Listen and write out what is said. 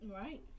Right